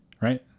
right